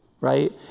Right